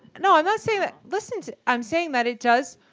no i'm not saying that listen to i'm saying that it does